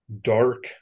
dark